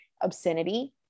obscenity